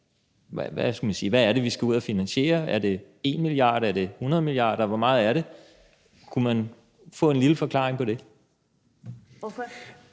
Hvad er det, vi skal ud at finansiere – er det 1 mia. kr., er det 100 mia. kr., hvor meget er det? Kunne man få en lille forklaring på det? Kl.